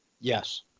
Yes